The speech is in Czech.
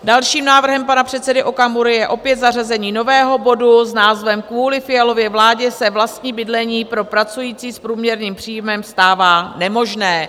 Dalším návrhem pana předsedy Okamury je opět zařazení nového bodu s názvem Kvůli Fialově vládě se vlastní bydlení pro pracující s průměrným příjmem stává nemožným.